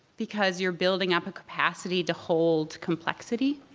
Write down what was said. because you're building up a capacity to hold complexity